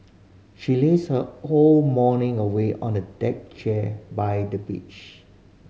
she lazed her whole morning away on a deck chair by the beach